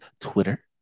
Twitter